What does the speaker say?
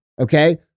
Okay